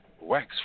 wax